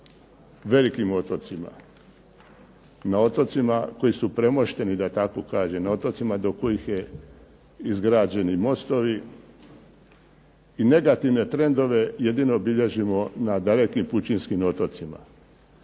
velikim otocima, na otocima koji su premošteni da tako kažem, na otocima do kojih je izgrađeni mostovi, i negativne trendove jedino bilježimo na dalekim pučinskim otocima.